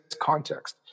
context